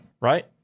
right